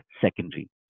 secondary